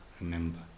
remember